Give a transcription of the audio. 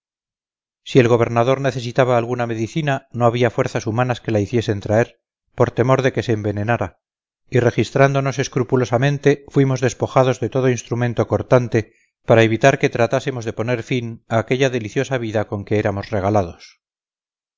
si el gobernador necesitaba alguna medicina no había fuerzas humanas que la hiciesen traer por temor de que se envenenara y registrándonos escrupulosamente fuimos despojados de todo instrumento cortante para evitar que tratásemos de poner fin a aquella deliciosa vida con que éramos regalados